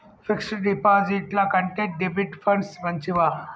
Fix డ్ డిపాజిట్ల కంటే డెబిట్ ఫండ్స్ మంచివా?